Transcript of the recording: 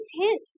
intent